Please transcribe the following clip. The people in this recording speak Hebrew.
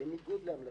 בניגוד להמלצותיי,